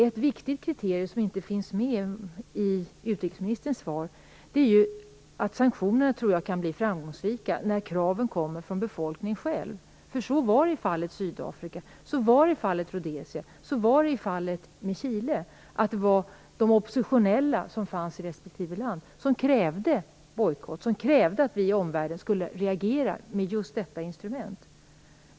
Ett viktigt kriterium som inte finns med i utrikesministerns svar är att sanktionerna kan bli framgångsrika när kraven kommer från själva befolkningen. Så var det i Sydafrika, Rhodesia och Chile. De oppositionella i respektive land krävde bojkott, krävde att omvärlden skulle reagera med just detta instrument.